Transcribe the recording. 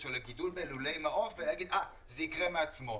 או לגידול בלולי מעוף ולומר שזה יקרה מעצמו.